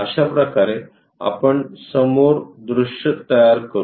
अशाप्रकारे आपण समोर दृश्य तयार करू